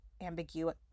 ambiguous